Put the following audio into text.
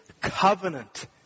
covenant